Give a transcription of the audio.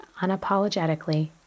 unapologetically